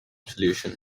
solution